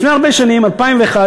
לפני הרבה שנים, ב-2001,